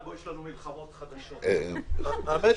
האמת,